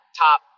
top